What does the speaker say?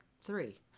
three